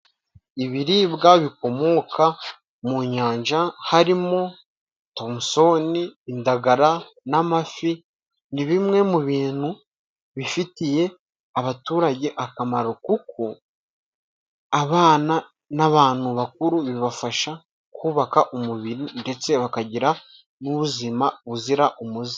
Ibiribwa bikomoka mu nyanja harimo tomusoni, indagara n'amafi. Ni bimwe mu bintu bifitiye abaturage akamaro kuko abana n'abantu bakuru bibafasha kubaka umubiri ndetse bakagira n'ubuzima buzira umuze.